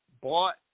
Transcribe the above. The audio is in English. bought